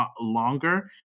longer